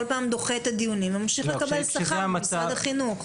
כל פעם דוחה את הדיונים וממשיך לקבל שכר ממשרד החינוך.